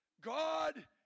God